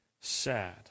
sad